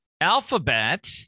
Alphabet